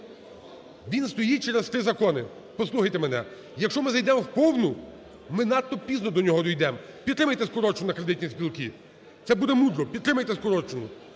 він стоїть через три закони. Якщо ми зайдемо в повну, ми надто пізно до нього дійдемо, підтримайте скорочено кредитні спілки – це буде мудро. Підтримайте скорочену.